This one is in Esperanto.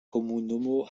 komunumo